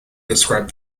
described